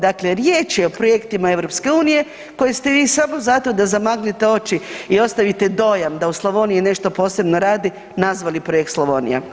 Dakle, riječ je o projektima EU koje ste vi samo zato da zamaglite oči i ostavite dojam da u Slavoniji nešto posebno radi nazvali projekt Slavonija.